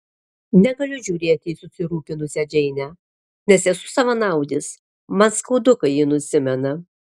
negaliu žiūrėti į susirūpinusią džeinę nes esu savanaudis man skaudu kai ji nusimena